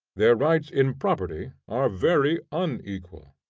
their rights in property are very unequal.